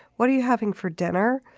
what are you having for dinner?